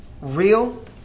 real